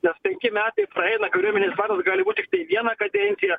nes penki metai praeina kariuomenės vadas gali būt tiktai vieną kadenciją